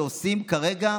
שעושים כרגע,